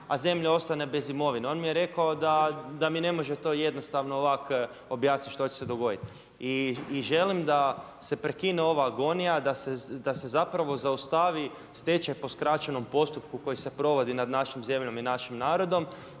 a zemlja ostane bez imovine? On mi je rekao da mi ne može to jednostavno ovako objasniti što će se dogoditi. I želim da se prekine ova agonija, da se zapravo zaustavi stečaj po skraćenom postupku koji se provodi nad našom zemljom i našim narodom